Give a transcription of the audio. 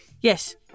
Yes